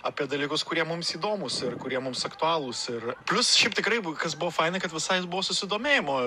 apie dalykus kurie mums įdomūs ir kurie mums aktualūs ir plius šiaip tikrai bu kas buvo faina kad visai buvo susidomėjimo